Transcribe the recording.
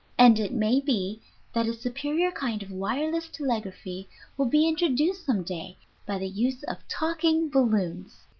and it may be that a superior kind of wireless telegraphy will be introduced some day by the use of talking balloons.